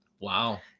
Wow